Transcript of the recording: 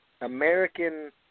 American